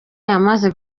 yamaze